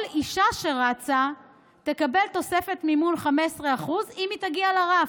כל אישה שרצה תקבל תוספת מימון של 15% אם היא תגיע לרף.